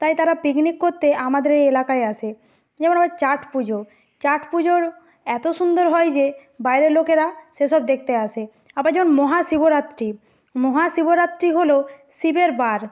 তাই তারা পিকনিক কোত্তে আমাদের এই এলাকায় আসে যেমন আবার ছট পুজো ছট পুজোর এত সুন্দর হয় যে বাইরের লোকেরা সেসব দেখতে আসে আবার যেমন মহাশিবরাত্রি মহাশিবরাত্রি হলো শিবের বার